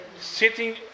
Sitting